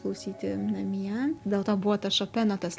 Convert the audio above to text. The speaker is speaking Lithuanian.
klausyti namie dėl to buvo tas šopeno tas